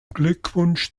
glückwunsch